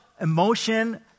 emotion